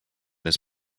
his